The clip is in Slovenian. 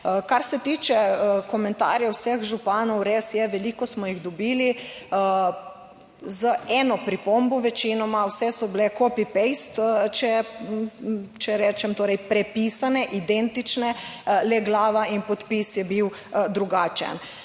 Kar se tiče komentarjev vseh županov, res je, veliko smo jih dobili z eno pripombo: večinoma vse so bile copy-paste, če rečem, torej prepisane, identične, le glava in podpis je bil drugačen.